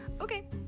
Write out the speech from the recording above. okay